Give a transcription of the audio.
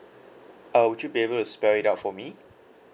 uh would you be able to spell it out for me